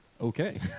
Okay